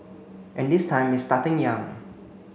and this time it's starting young